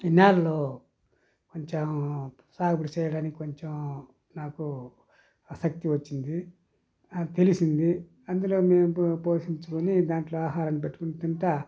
ఈ నేలలు కొంచెం సాగుడు చేయడానికి కొంచెం నాకు ఆసక్తి వచ్చింది తెలిసింది అందులో మేము పోషించుకుని దాంట్లో ఆహారం పెట్టుకొని తింటా